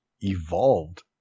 evolved